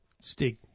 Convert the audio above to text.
stick